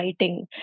writing